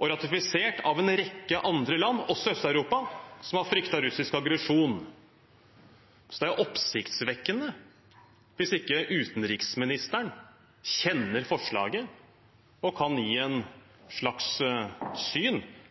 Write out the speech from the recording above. og ratifisert av en rekke andre land, også i Øst-Europa, som har fryktet russisk aggresjon. Så det er jo oppsiktsvekkende hvis ikke utenriksministeren kjenner forslaget og kan gi et slags syn